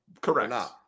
Correct